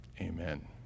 Amen